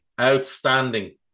Outstanding